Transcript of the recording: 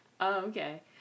okay